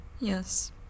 Yes